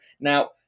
Now